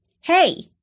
Hey